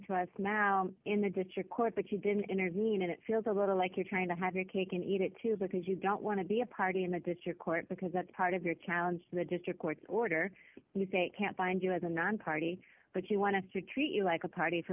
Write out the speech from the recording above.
mount in the district court but you didn't intervene and it feels a little like you're trying to have your cake and eat it too because you don't want to be a party in a district court because that's part of your challenge the district court order you say can't bind you as a nonparty but you want to treat you like a party for